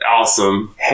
awesome